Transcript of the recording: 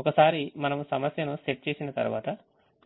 ఒకసారి మనము సమస్యనుసెట్ చేసిన తర్వాత